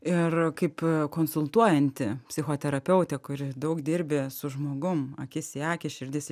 ir kaip konsultuojanti psichoterapeutė kuri daug dirbi su žmogum akis į akį širdis į